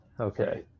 Okay